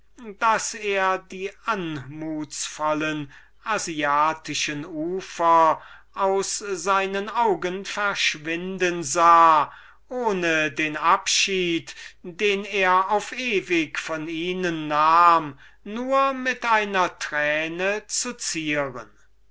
daß er die anmutsvollen asiatischen ufer aus seinen augen verschwinden sah ohne den abschied den er auf ewig von ihnen nahm nur mit einer einzigen träne zu zieren